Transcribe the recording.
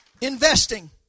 Investing